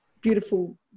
beautiful